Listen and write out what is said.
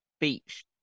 beach